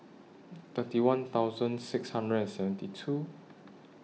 thirty one thousand six hundred and seventy two